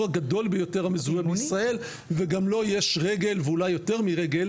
הגדול ביותר המזוהה בישראל וגם לו יש רגל ואולי יותר מרגל